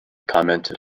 commented